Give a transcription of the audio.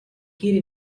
quiere